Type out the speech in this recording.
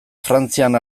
frantzian